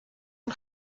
اون